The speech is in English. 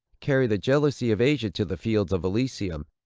carry the jealousy of asia to the fields of elysium,